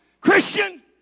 Christian